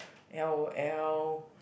L O L